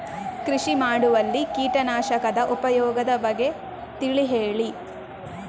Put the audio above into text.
ಕೃಷಿ ಮಾಡುವಲ್ಲಿ ಕೀಟನಾಶಕದ ಉಪಯೋಗದ ಬಗ್ಗೆ ತಿಳಿ ಹೇಳಿ